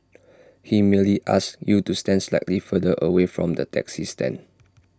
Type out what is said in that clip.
he merely asked you to stand slightly further away from the taxi stand